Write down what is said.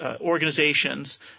organizations